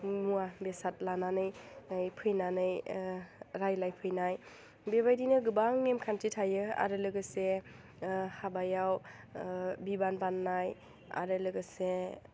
मुवा बेसाद लानानै ओइ फैनानै रायलायफैनाय बेबायदिनो गोबां नेमखान्थि थायो आरो लोगोसे हाबायाव बिबान बान्नाय आरो लोगोसे